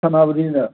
ꯁꯥꯟꯅꯕꯅꯤꯅ